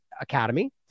Academy